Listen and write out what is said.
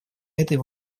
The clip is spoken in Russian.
этой